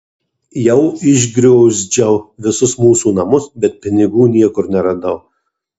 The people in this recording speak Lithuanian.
jau išgriozdžiau visus mūsų namus bet pinigų niekur neradau